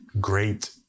great